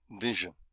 vision